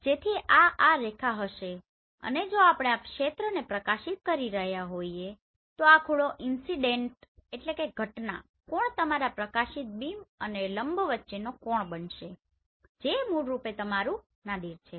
જેથી આ આ રેખા હશે અને જો આપણે આ ક્ષેત્રને પ્રકાશિત કરી રહ્યા હોઈએ તોઆ ખૂણો ઇન્સીડેનટincidentઘટના કોણ તમારા પ્રકાશિત બીમ અને લંબ વચ્ચેનો કોણ બનશે જે મૂળરૂપે તમારું નાદિર છે